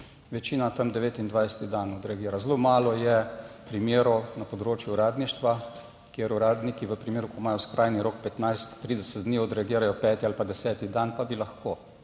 večina odreagira 29. dan. Zelo malo je primerov na področju uradništva, kjer uradniki v primeru, ko imajo skrajni rok 15, 30 dni, odreagirajo peti ali pa deseti dan, pa bi lahko.